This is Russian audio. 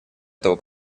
этого